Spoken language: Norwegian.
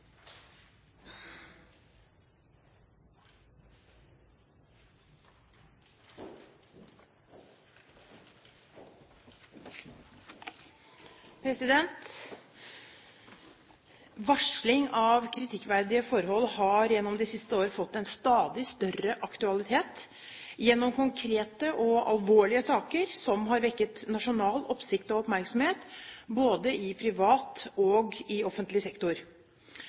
til. Varsling av kritikkverdige forhold har gjennom de siste år fått stadig større aktualitet gjennom konkrete og alvorlige saker som har vekket nasjonal oppsikt og oppmerksomhet, både i privat og offentlig sektor.